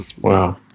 Wow